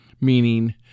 Meaning